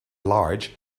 large